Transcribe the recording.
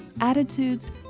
attitudes